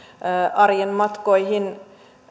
arjen matkoihin